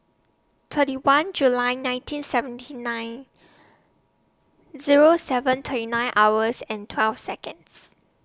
thirty one July nineteen seventy nine Zero seven twenty nine hours and twelve Seconds